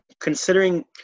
considering